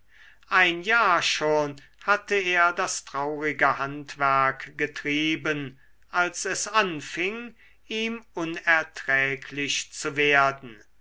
ein jahr schon hatte er das traurige handwerk getrieben als es anfing ihm unerträglich zu werden